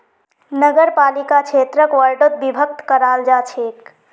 नगरपालिका क्षेत्रक वार्डोत विभक्त कराल जा छेक